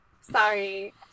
Sorry